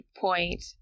point